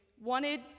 wanted